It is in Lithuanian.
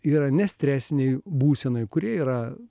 yra ne stresinėje būsenoje kurie yra